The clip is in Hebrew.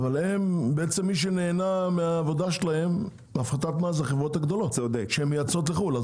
מי שנהנה מהפחתת המס על העבודה שלהם הן החברות הגדולות שמייצאות לחו"ל.